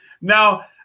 Now